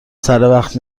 سروقت